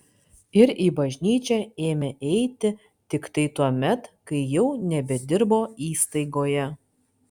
ir į bažnyčią ėmė eiti tiktai tuomet kai jau nebedirbo įstaigoje